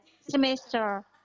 semester